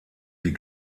die